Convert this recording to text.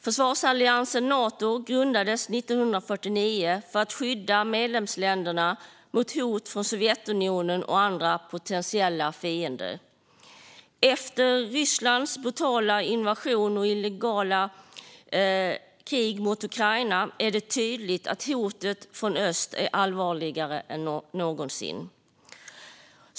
Försvarsalliansen Nato grundades 1949 för att skydda medlemsländerna mot hot från Sovjetunionen och andra potentiella fiender. Efter Rysslands brutala invasion av och illegala krig mot Ukraina är det tydligt att hotet från öst är allvarligare än någonsin.